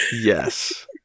Yes